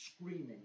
screaming